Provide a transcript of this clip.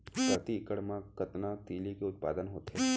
प्रति एकड़ मा कतना तिलि के उत्पादन होथे?